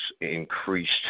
increased